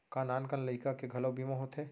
का नान कन लइका के घलो बीमा होथे?